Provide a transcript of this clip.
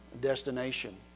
destination